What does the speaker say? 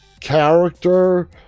character